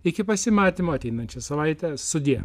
iki pasimatymo ateinančią savaitę sudie